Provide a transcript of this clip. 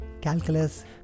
calculus